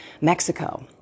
Mexico